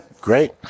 Great